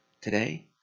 today